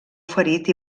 ferit